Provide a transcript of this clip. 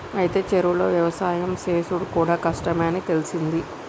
అయితే చెరువులో యవసాయం సేసుడు కూడా కష్టమే అని తెలిసింది